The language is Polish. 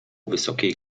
wysokiej